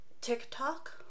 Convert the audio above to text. TikTok